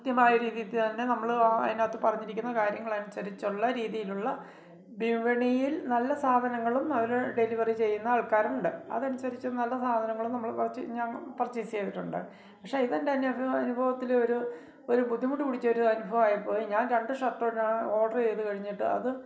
കൃത്യമായ രീതിയില്ത്തന്നെ നമ്മള് അതിനകത്ത് പറഞ്ഞിരിക്കുന്ന കാര്യങ്ങളനുസരിച്ചുള്ള രീതിയിലുള്ള വിപണിയിൽ നല്ല സാധനങ്ങളും അവര് ഡെലിവറി ചെയ്യുന്ന ആൾക്കാരുണ്ട് അതനുസരിച്ച് നല്ല സാധനങ്ങളും നമ്മള് ഞാൻ പർച്ചേയ്സേയ്തിട്ടുണ്ട് പക്ഷെ ഇതെൻ്റനുഭ അനുഭവത്തിലൊരു ഒരു ബുദ്ധിമുട്ട് പിടിച്ചൊരു അനുഭവമായിപ്പോയി ഞാൻ രണ്ട് ഷർട്ട് ഓഡ്രേയ്ത് കഴിഞ്ഞിട്ട് അത്